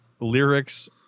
lyrics